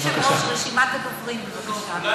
אדוני היושב-ראש, רשימת הדוברים, בבקשה.